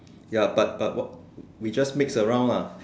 ya but but what we just mix around lah